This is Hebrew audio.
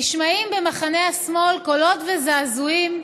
נשמעים במחנה השמאל קולות וזעזועים,